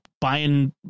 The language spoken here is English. buying